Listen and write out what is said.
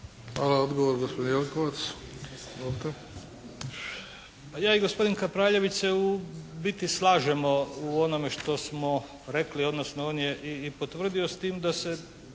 Vlado (HDZ)** Pa ja i gospodin Kapraljević se u biti slažemo u onome što smo rekli odnosno on je i potvrdio s tim da se